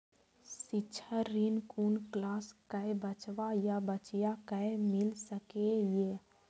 शिक्षा ऋण कुन क्लास कै बचवा या बचिया कै मिल सके यै?